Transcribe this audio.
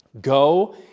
Go